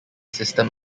system